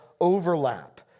overlap